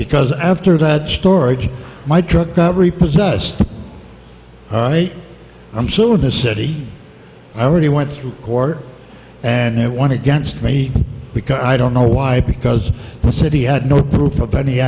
because after that storage my truck got repossessed all right i'm still in the city i really went through court and it went against me because i don't know why because the city had no proof of any